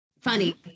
Funny